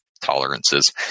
tolerances